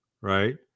Right